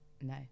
No